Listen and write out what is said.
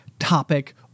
topic